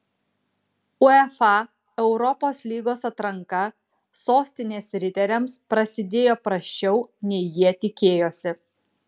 uefa europos lygos atranka sostinės riteriams prasidėjo prasčiau nei jie tikėjosi